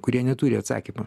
kurie neturi atsakymų